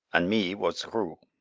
an' me, was th' crew.